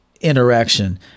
interaction